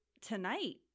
tonight